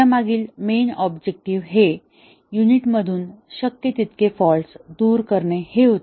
यामागील main objective हे युनिटमधून शक्य तितके फॉल्ट दूर करणे हे होते